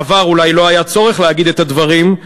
בעבר אולי לא היה צורך להגיד את הדברים,